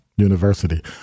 University